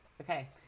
Okay